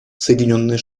соединенные